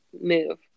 move